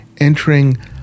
entering